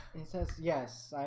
says yes,